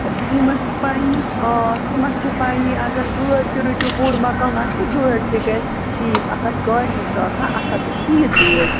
تہٕ سیٖمَٹھ چھِ پَیی آ سیٖمَٹھ چھِ پَیی اَگر گٲڑۍ تہِ رٔٹِو بوٚڈ مَکان آسہِ تہٕ گٲڑۍ تہِ گژھِ ٹھیٖک اَکھ اکھ گاڑِ منٛز چھُ آسان اَکھ ہَتھ تہٕ شیٖتھ بیگ